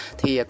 thì